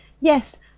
yes